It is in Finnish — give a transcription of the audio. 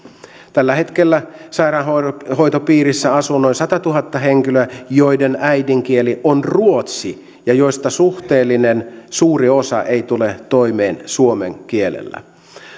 tällä hetkellä sairaanhoitopiirissä asuu noin satatuhatta henkilöä joiden äidinkieli on ruotsi ja joista suhteellisen suuri osa ei tule toimeen suomen kielellä